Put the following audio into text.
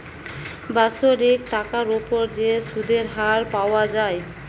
বাৎসরিক টাকার উপর যে সুধের হার পাওয়া যায়